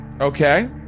Okay